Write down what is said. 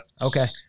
Okay